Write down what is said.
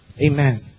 Amen